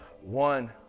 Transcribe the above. One